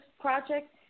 project